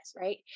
right